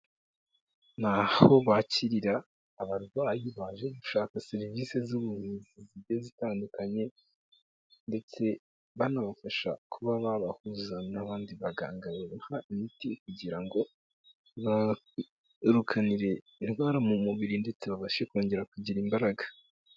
Ni aho bakirira abarwayi baje gushaka serivisi z'ubuvuzi zigiye zitandukanye ndetse banabafasha kuba babahuza n'abandi baganga babaha imiti kugira ngo babirukanire indwara mu mubiri ndetse babashe kongera kugira imbaraga.